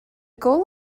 goal